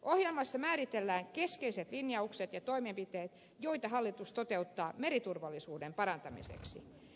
ohjelmassa määritellään keskeiset linjaukset ja toimenpiteet joita hallitus toteuttaa meriturvallisuuden parantamiseksi